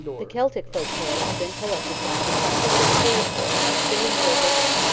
the celtic folk-tales have been collected while the practice of story-telling is still in full vigour,